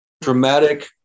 dramatic